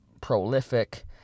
prolific